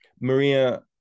Maria